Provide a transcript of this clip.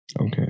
okay